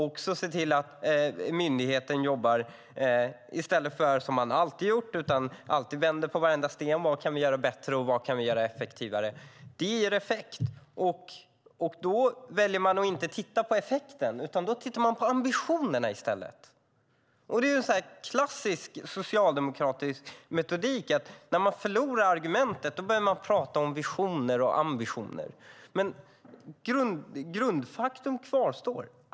Men i stället för att myndigheten jobbar som den alltid har gjort vänder man nu på varenda sten för att se vad man kan göra bättre och effektivare. Det ger effekt. Men ni väljer att inte titta på effekten utan på ambitionerna. Det är en klassisk socialdemokratisk metodik. När ni förlorar argumentationen börjar ni tala om visioner och ambitioner. Men grundfaktorn kvarstår.